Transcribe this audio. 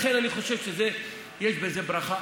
לכן אני חושב שיש בזה ברכה.